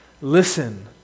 listen